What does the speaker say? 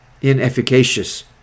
inefficacious